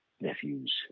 nephew's